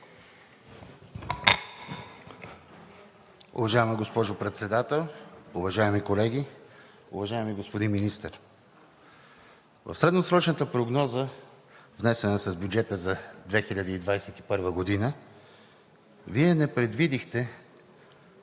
Уважаема госпожо Председател, уважаеми колеги, уважаеми господин Министър! В средносрочната прогноза, внесена с бюджета за 2021 г., Вие не предвидихте